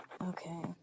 Okay